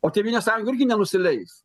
o tėvynės sąjunga irgi nenusileis